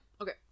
Okay